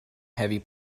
heavy